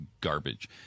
garbage